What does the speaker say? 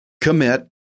Commit